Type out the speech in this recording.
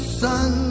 sun